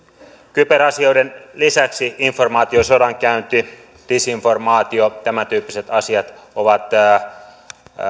kyberasioiden lisäksi informaatiosodankäynti disinformaatio tämäntyyppiset asiat ovat